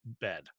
bed